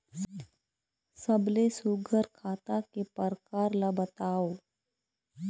सबले सुघ्घर खाता के प्रकार ला बताव?